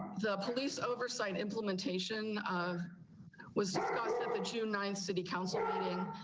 the police oversight implementation of was that you nine city council.